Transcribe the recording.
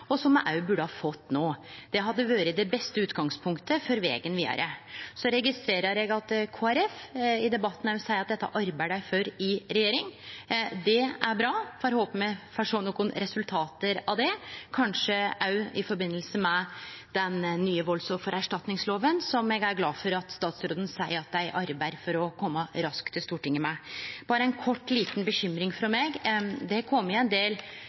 og som me òg burde ha fått no. Det hadde vore det beste utgangspunktet for vegen vidare. Så registrerer eg at Kristeleg Folkeparti i debatten seier at dei arbeider for dette i regjering. Det er bra, og eg får håpe me får sjå nokon resultat av det, kanskje òg i forbindelse med den nye valdsoffererstatningsloven, som eg er glad for at statsråden seier at dei arbeider for å kome raskt til Stortinget med. Berre ei kort, lita bekymring frå meg: Det har kome ein del